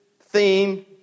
theme